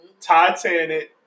Titanic